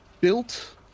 Built